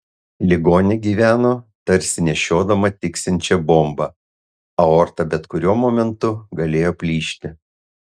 ligonė gyveno tarsi nešiodama tiksinčią bombą aorta bet kuriuo momentu galėjo plyšti